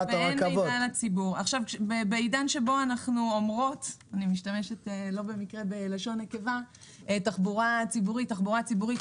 בעידן שבו אנחנו מדברות כל הזמן על תחבורה ציבורית,